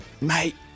mate